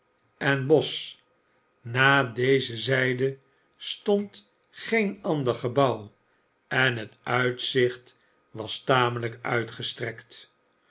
en bosch naar deze zijde stond geen ander gebouw en het uitzicht was tamelijk uitgestrekt